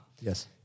Yes